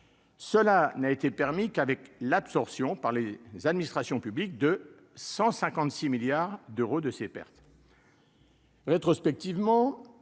cela n'a été permis qu'avec l'absorption par les administrations publiques de 156 milliards d'euros de ses pairs.